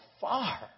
far